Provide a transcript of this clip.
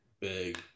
big